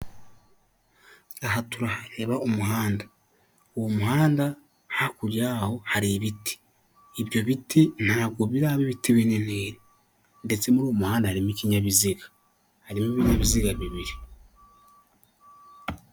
Aha turahareba umuhanda uwo muhanda hakurya yaho hari ibiti ibyo biti ntabwo biraba bite binini ndetse n'uwo muhanda harimo ikinyabiziga harimo ibinyabiziga bibiri.